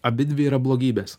abidvi yra blogybės